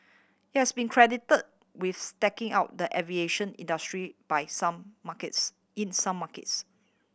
it has been credit with stacking out the aviation industry by some markets in some markets